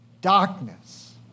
Darkness